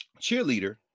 cheerleader